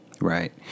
Right